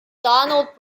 donald